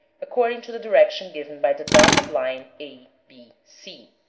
according to the direction given by the dotted line a, b, c.